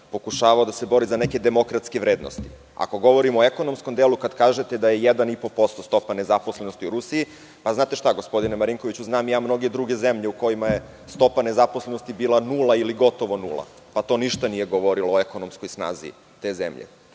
pokušavao da se bori za neke demokratske vrednosti. Ako govorimo o ekonomskom delu, kad kažete da je 1,5% stopa nezaposlenosti u Rusiji, znate šta, gospodine Marinkoviću, znam i ja mnoge druge zemlje u kojima je stopa nezaposlenosti bila nula ili gotovo nula, pa to ništa nije govorilo o ekonomskoj snazi te zemlje.